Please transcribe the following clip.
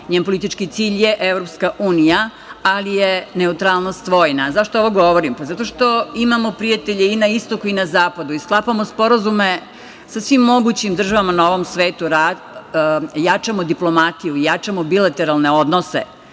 njen politički cilj EU, ali je neutralnost vojna. Zašto ovo govorim? Zato što imamo prijatelje i na istoku i na zapadu i sklapamo sporazume sa svim mogućim državama na ovom svetu. Jačamo diplomatiju. Jačamo bilateralne odnose.